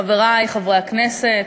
חברי חברי הכנסת,